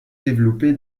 développé